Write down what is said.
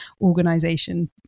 organization